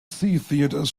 theaters